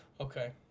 Okay